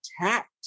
attacked